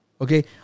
Okay